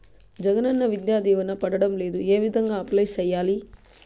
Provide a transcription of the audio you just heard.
జగనన్న విద్యా దీవెన పడడం లేదు ఏ విధంగా అప్లై సేయాలి